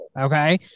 Okay